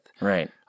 Right